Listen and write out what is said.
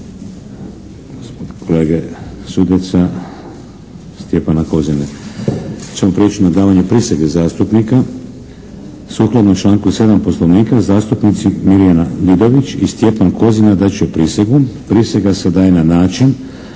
kolege Sudeca, Stjepana Kozine.